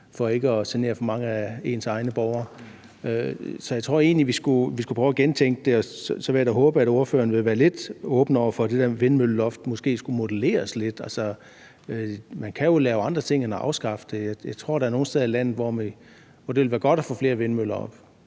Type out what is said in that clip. for ikke at genere for mange af ens egne borgere. Så jeg tror egentlig, at vi skulle prøve at gentænke det, og så vil jeg da håbe, at ordføreren vil være lidt åben over for, at det der vindmølleloft måske skulle modelleres lidt. Man kan jo lave andre ting end at afskaffe det. Jeg tror, at der er nogle steder i landet, hvor det ville være godt at få flere vindmøller op,